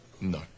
No